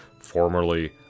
formerly